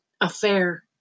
affair